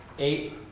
eight,